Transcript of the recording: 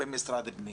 במשרד הפנים,